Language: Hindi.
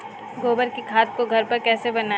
गोबर की खाद को घर पर कैसे बनाएँ?